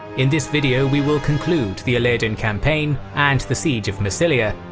in this video we will conclude the ilerdan campaign and the siege of massilia,